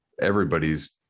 Everybody's